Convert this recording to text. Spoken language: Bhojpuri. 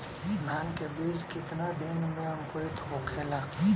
धान के बिज कितना दिन में अंकुरित होखेला?